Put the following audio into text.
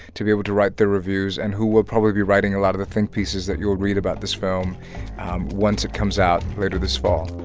to be able to write their reviews and who will probably be writing a lot of the think pieces that you will read about this film once it comes out later this fall